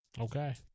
Okay